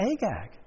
Agag